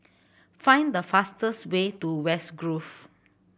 find the fastest way to West Grove